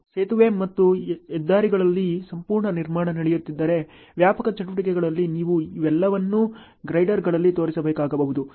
ಸೇತುವೆ ಮತ್ತು ಹೆದ್ದಾರಿಗಳಲ್ಲಿ ಸಂಪೂರ್ಣ ನಿರ್ಮಾಣ ನಡೆಯುತ್ತಿದ್ದರೆ ವ್ಯಾಪಕ ಚಟುವಟಿಕೆಗಳಲ್ಲಿ ನೀವು ಇವೆಲ್ಲವನ್ನೂ ಗಿರ್ಡರ್ಗಳಲ್ಲಿ ತೋರಿಸಬೇಕಾಗಬಹುದು